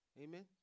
Amen